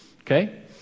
Okay